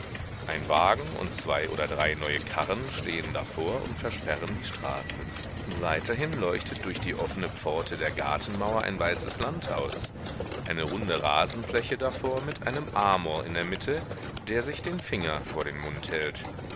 ein wagen und zwei oder drei neue karren stehen davor und versperren die straße weiterhin leuchtet durch die offene pforte der gartenmauer ein weißes landhaus eine runde rasenfläche davor mit einem amor in der mitte der sich den finger vor den mund hält